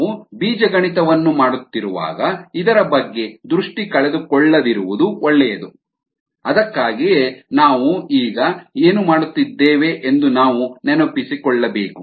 ನಾವು ಬೀಜಗಣಿತವನ್ನು ಮಾಡುತ್ತಿರುವಾಗ ಇದರ ಬಗ್ಗೆ ದೃಷ್ಟಿ ಕಳೆದುಕೊಳ್ಳದಿರುವುದು ಒಳ್ಳೆಯದು ಅದಕ್ಕಾಗಿಯೇ ನಾವು ಈಗ ಏನು ಮಾಡುತ್ತಿದ್ದೇವೆ ಎಂದು ನಾವು ನೆನಪಿಸಿಕೊಳ್ಳಬೇಕು